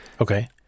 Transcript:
Okay